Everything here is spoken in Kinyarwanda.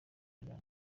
ryanjye